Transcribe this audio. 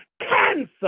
Cancer